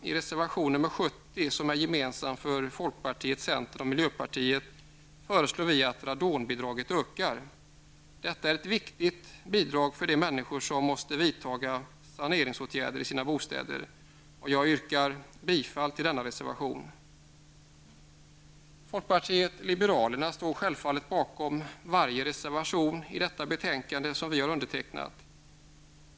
I reservation nr 70, som är genmensam för folkpartiet, centerpartiet och miljöpartiet, föreslår vi reservanter en höjning av radonbidraget. Detta är ett viktigt bidrag för de människor som måste vidta saneringsåtgärder i sina bostäder. Jag yrkar bifall till denna reservation. Folkpartiet liberalerna står självfallet bakom varje reservation i detta betänkande som vi har undertecknat.